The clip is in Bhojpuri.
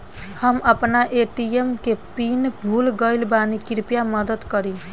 हम आपन ए.टी.एम के पीन भूल गइल बानी कृपया मदद करी